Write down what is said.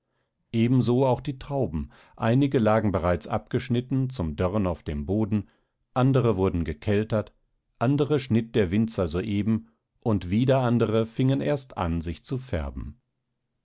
so auch die trauben einige lagen bereits abgeschnitten zum dörren auf dem boden andere wurden gekeltert andere schnitt der winzer soeben und wieder andere fingen erst an sich zu färben